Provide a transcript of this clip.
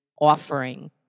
offering